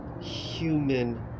human